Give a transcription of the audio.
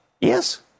Yes